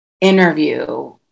interview